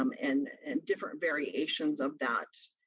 um and and different variations of that.